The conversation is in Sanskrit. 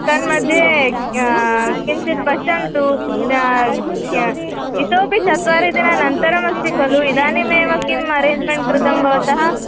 तन्मध्ये किञ्चित् पश्यन्तु इतोपि चत्वारिदिनानन्तरमस्ति खलु इदानीमेव किम् अरेञ्ज्मेण्ट् कृतं भवन्तः